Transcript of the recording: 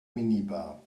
minibar